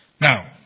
Now